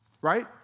Right